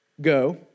go